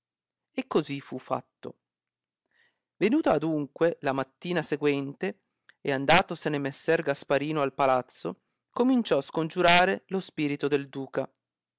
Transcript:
e così fu fatto venuta adunque la mattina seguente e andatosene messer gasparino al palazzo cominciò scongiurare lo spirito del duca